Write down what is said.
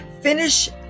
finish